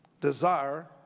desire